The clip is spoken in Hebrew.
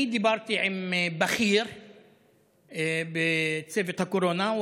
אני דיברתי עם בכיר בצוות הקורונה.